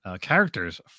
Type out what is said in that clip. characters